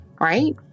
right